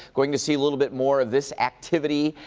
going to see a little bit more of this activity,